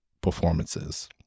performances